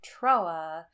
Troa